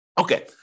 Okay